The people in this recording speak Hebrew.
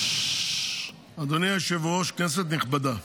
אדוני היושב-ראש, כנסת נכבדה,